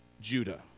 Judah